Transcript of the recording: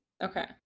Okay